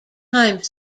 time